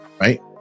right